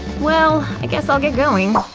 well, i guess i'll get going.